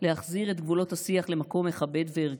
להחזיר את גבולות השיח למקום מכבד וערכי.